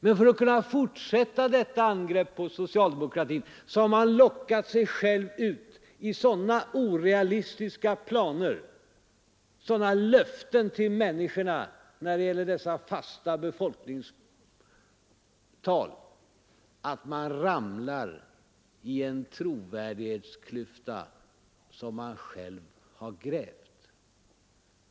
Men för att kunna fortsätta detta angrepp på socialdemokratin har man lockat sig själv ut i sådana orealistiska planer, sådana löften till människorna när det gäller dessa fasta befolkningstal, att man ramlar i den trovärdighetsklyfta man själv har grävt.